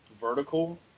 vertical